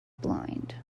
blind